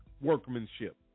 workmanship